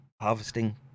harvesting